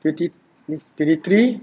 twenty twenty three